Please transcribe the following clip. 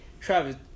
Travis